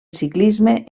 ciclisme